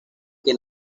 que